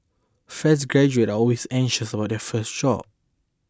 fresh graduates are always anxious about their first job